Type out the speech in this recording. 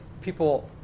people